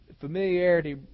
familiarity